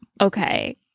Okay